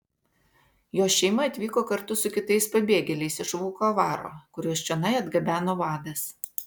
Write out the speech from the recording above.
jos šeima atvyko kartu su kitais pabėgėliais iš vukovaro kuriuos čionai atgabeno vadas